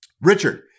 Richard